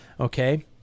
Okay